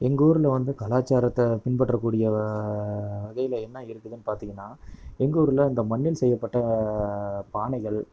எங்கூரில் வந்து கலாச்சாரத்தை பின்பற்றக்கூடிய வகையில் என்ன இருக்குதுன்னு பார்த்திங்கனா எங்கூரில் இந்த மண்ணில் செய்யப்பட்ட பானைகள்